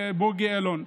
בוגי יעלון,